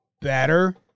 better